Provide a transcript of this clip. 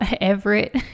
Everett